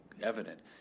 evident